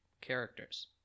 characters